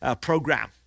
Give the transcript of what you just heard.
program